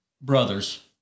brothers